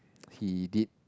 he did